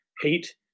hate